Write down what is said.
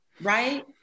right